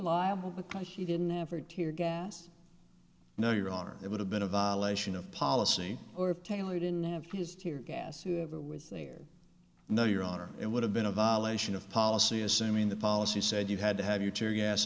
liable because she didn't ever tear gas no your honor it would have been a violation of policy or if taylor didn't have his tear gas whoever was there no your honor it would have been a violation of policy assuming the policy said you had to have your tear gas